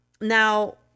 Now